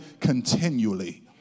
continually